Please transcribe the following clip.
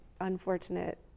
unfortunate